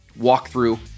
walkthrough